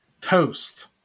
Toast